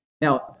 now